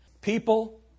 People